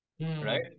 Right